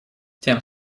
тем